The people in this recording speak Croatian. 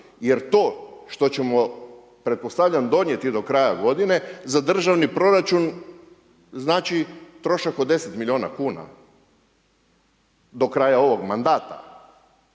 jer to što ćemo pretpostavljam donijeti do kraja godine za državni proračun znači trošak od 10 milijuna kuna do kraja ovog mandata.